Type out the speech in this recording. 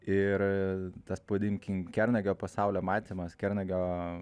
ir tas pavadinkim kernagio pasaulio matymas kernagio